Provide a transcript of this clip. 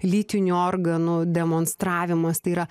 lytinių organų demonstravimas tai yra